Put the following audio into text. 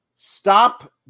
Stop